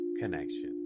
connection